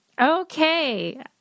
Okay